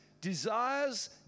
desires